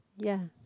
ya